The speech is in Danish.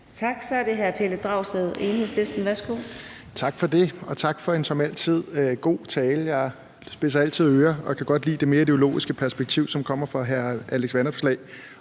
Tak. Så er det hr. Pelle Dragsted, Enhedslisten. Værsgo. Kl. 15:17 Pelle Dragsted (EL): Tak for det, og tak for en som altid god tale. Jeg spidser altid ører og kan godt lide det mere ideologiske perspektiv, som kommer fra hr. Alex Vanopslagh,